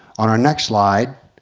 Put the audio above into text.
on our next slide,